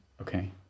Okay